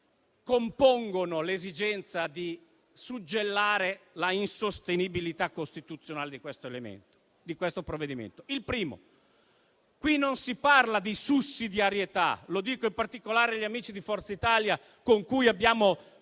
compongono l'esigenza di suggellare la insostenibilità costituzionale di questo provvedimento. Il primo è che qui non si parla di sussidiarietà, e lo dico in particolare agli amici di Forza Italia, con cui abbiamo molte